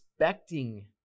Expecting